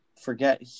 forget